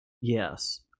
Yes